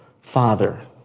Father